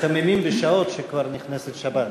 מחממים בשעות שכבר נכנסה שבת.